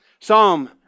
Psalm